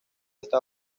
está